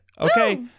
Okay